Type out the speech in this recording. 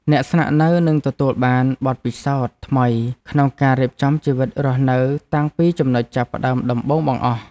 អ្នកស្នាក់នៅនឹងទទួលបានបទពិសោធន៍ថ្មីក្នុងការរៀបចំជីវិតរស់នៅតាំងពីចំណុចចាប់ផ្ដើមដំបូងបង្អស់។